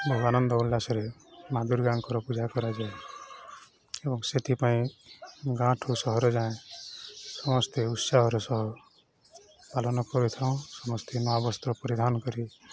ବହୁ ଆନନ୍ଦ ଉଲ୍ଲାସରେ ମା ଦୁର୍ଗାଙ୍କର ପୂଜା କରାଯାଏ ଏବଂ ସେଥିପାଇଁ ଗାଁ ଠୁ ସହର ଯାଏ ସମସ୍ତେ ଉତ୍ସାହର ସହ ପାଲନ କରିଥାଉଁ ସମସ୍ତେ ନୂଆ ବସ୍ତ୍ର ପରିଧାନ କରି